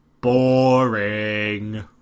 Boring